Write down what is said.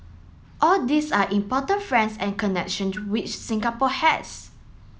all these are important friends and connection to which Singapore has